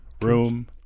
Room